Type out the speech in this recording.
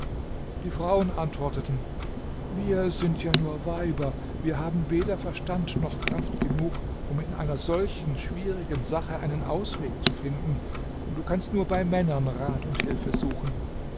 die frauen antworteten wir sind ja nur weiber wir haben weder verstand noch kraft genug um in einer solchen schwierigen sache einen ausweg zu finden du kannst nur bei männern rat und hilfe suchen